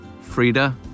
Frida